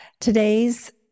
Today's